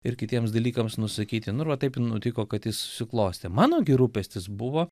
ir kitiems dalykams nusakyti nu ir va taip nutiko kad jis susiklostė mano gi rūpestis buvo